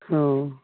ꯑꯣ